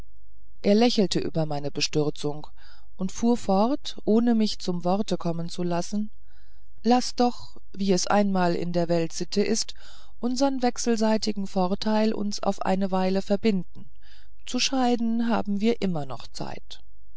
er lächelte über meine bestürzung und fuhr fort ohne mich zum wort kommen zu lassen laßt doch wie es einmal in der welt sitte ist unsern wechselseitigen vorteil uns auf eine weile verbinden zu scheiden haben wir immer noch zeit